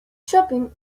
shopping